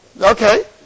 Okay